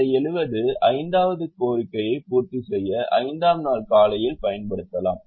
இந்த 70 ஐந்தாவது கோரிக்கையை பூர்த்தி செய்ய ஐந்தாம் நாள் காலையில் பயன்படுத்தலாம்